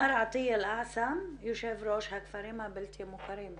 מר עטייה אל אעסם, יושב ראש הכפרים הבלתי מוכרים.